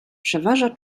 przeważa